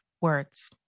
words